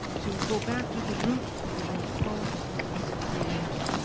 to go back to the root of the word, poet is a creator.